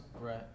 Right